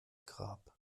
grab